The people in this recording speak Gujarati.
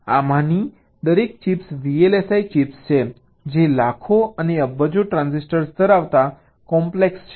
આમાંની દરેક ચિપ્સ VLSI ચિપ્સ છે જે લાખો અને અબજો ટ્રાંઝિસ્ટર ધરાવતા કોમ્પ્લેક્સ છે